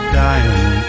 dying